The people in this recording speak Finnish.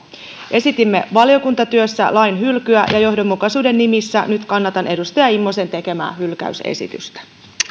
esitimme valiokuntatyössä lain hylkyä ja johdonmukaisuuden nimissä nyt kannatan edustaja immosen tekemää hylkäysesitystä